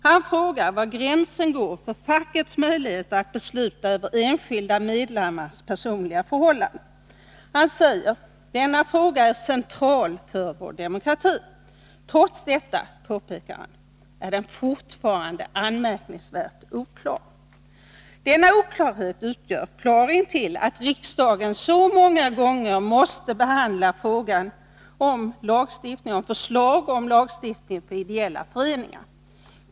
Han frågar var gränsen går för fackets möjligheter att besluta över enskilda medlemmars personliga förhållanden. Han säger att denna fråga är central för vår demokrati. Trots detta — påpekar han — är den fortfarande anmärkningsvärt oklar. Denna oklarhet utgör förklaringen till att riksdagen så många gånger måste behandla förslag om lagstiftning för ideella föreningar.